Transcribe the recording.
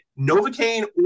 Novocaine